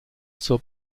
zur